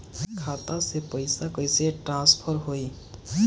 खाता से पैसा कईसे ट्रासर्फर होई?